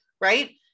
right